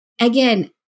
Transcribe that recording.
again